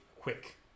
quick